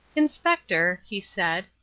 inspector, he said,